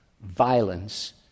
violence